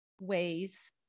ways